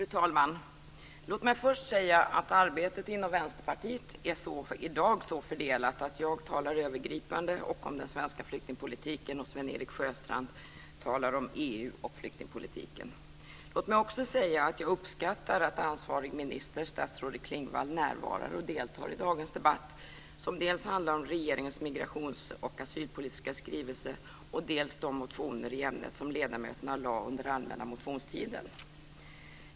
Fru talman! Låt mig först säga att arbetet inom Vänsterpartiet i dag är så fördelat att jag talar övergripande och om den svenska flyktingpolitiken, och Låt mig också säga att jag uppskattar att ansvarig minister, statsrådet Klingvall, närvarar och deltar i dagens debatt som handlar om dels regeringens migrations och asylpolitiska skrivelse, dels de motioner i ämnet som ledamöterna lade fram under allmänna motionstiden.